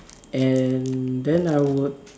and then I would